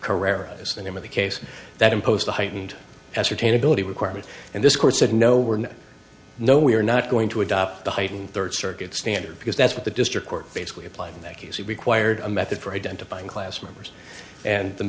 caracas the name of the case that imposed the heightened ascertain ability requirement and this court said no we're not no we're not going to adopt the heightened third circuit standard because that's what the district court basically applied in that case we required a method for identifying class members and the